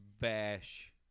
bash